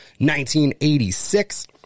1986